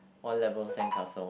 one level sandcastle